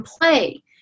play